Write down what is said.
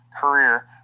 career